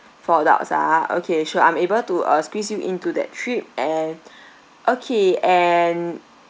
four adults ah okay sure I'm able to uh squeeze you into that trip and okay and